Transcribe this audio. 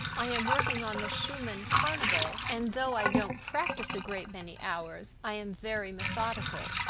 i am working on the schumann carnival, and, though i don't practice a great many hours, i am very methodical,